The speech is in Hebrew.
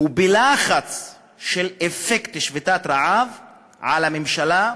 ואת הלחץ של אפקט שביתת רעב על הממשלה,